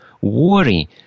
Worry